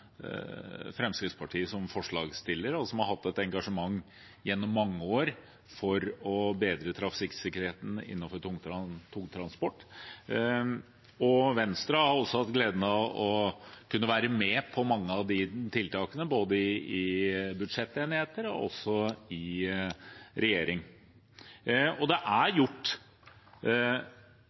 bedre trafikksikkerheten innenfor tungtransport. Venstre har også hatt gleden av å kunne være med på mange av de tiltakene, både i budsjettenigheter og i regjering. Det er gjort